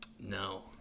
No